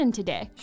today